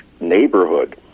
neighborhood